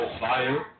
fire